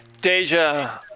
Deja